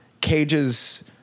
Cage's